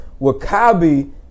wakabi